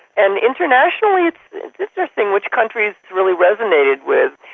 and internationally interesting which countries really resonated with